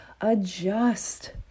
Adjust